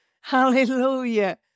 Hallelujah